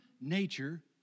nature